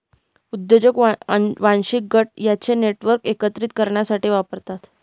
उद्योजक वांशिक गट त्यांचे नेटवर्क एकत्रित करण्यासाठी वापरतात